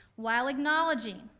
while acknowledging,